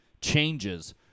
changes